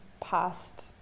past